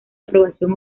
aprobación